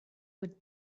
would